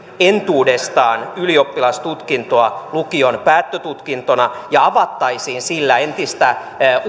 entuudestaan ylioppilastutkintoa lukion päättötutkintona ja avattaisiin sillä entistä